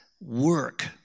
work